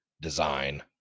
design